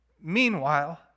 Meanwhile